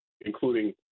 including